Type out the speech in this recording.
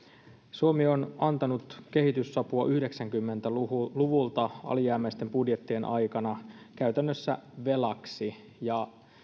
suomi on antanut kehitysapua yhdeksänkymmentä luvulta alijäämäisten budjettien aikana käytännössä velaksi